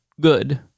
good